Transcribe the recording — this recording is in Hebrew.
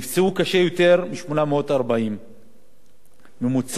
ממוצע של כ-19 הרוגים בשנה בפגע-וברח.